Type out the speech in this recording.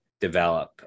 develop